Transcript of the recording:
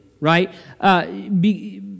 right